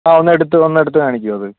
അത് ഒന്ന് എടുത്ത് ഒന്ന് എടുത്ത് കണിക്കുമോ അത്